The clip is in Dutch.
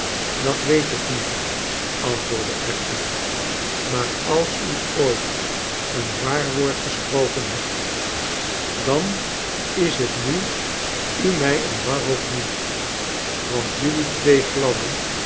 dat weet ik niet antwoordde affery maar als u ooit een waar woord gesproken hebt dan is t nu u mij een warhoofd noemt want jullie twee gladden